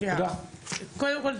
קודם כל,